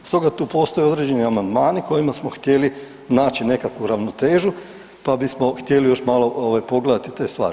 Stoga tu postoji određeni amandmani kojima smo htjeli naći nekakvu ravnotežu pa bismo htjeli još malo pogledati te stvari.